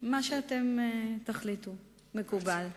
מה שאתם תחליטו, מקובל.